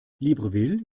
libreville